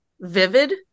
vivid